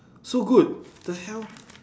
so good the hell